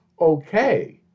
okay